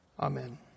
Amen